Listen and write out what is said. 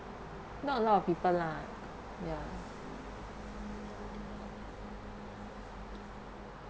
not a lot of people lah